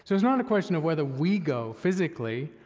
it's not a question of whether we go physically,